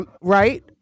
right